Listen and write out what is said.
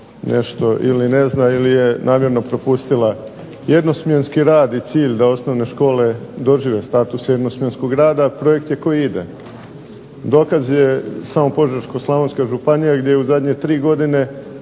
nešto ne zna ili je nešto propustila. Jednosmjenski rad i cilj da osnovne škole dožive status jednosmjenskog rada projekt je koji ide, dokaz je samo Požeško-slavonska županija gdje je u zadnje tri godine